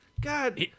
god